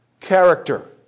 character